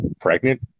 pregnant